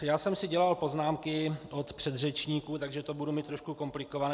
Já jsem si dělal poznámky od předřečníků, takže to budu mít trošku komplikované.